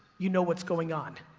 you know what's going on.